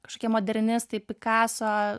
kažkokie modernistai picasso